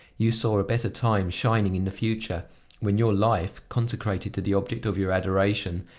you saw a better time shining in the future when your life, consecrated to the object of your adoration,